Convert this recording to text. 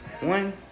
one